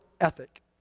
ethic